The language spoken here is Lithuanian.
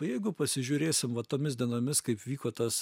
jeigu pasižiūrėsim vat tomis dienomis kaip vyko tas